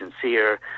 sincere